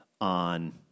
on